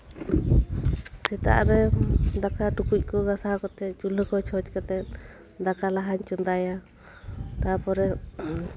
ᱥᱮᱛᱟᱜ ᱨᱮ ᱫᱟᱠᱟ ᱴᱩᱠᱩᱡ ᱠᱚ ᱜᱟᱥᱟᱣ ᱠᱟᱛᱮ ᱪᱩᱞᱦᱟᱹ ᱠᱚ ᱪᱷᱚᱸᱪ ᱠᱟᱛᱮ ᱫᱟᱠᱟ ᱞᱟᱦᱟᱧ ᱪᱚᱸᱫᱟᱭᱟ ᱛᱟᱨᱯᱚᱨᱮ